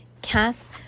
Cass